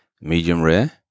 medium-rare